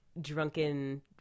drunken